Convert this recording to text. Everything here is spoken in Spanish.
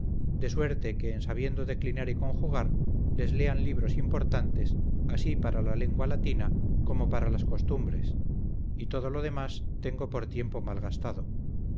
de suerte que en sabiendo declinar y conjugar les lean libros importantes así para la lengua latina como para las costumbres y todo lo demás tengo por tiempo